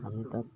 আমি তাত